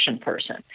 person